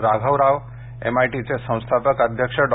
राघवराव एमआयटीचे संस्थापक अध्यक्ष डॉ